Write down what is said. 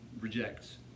rejects